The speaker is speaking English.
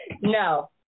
No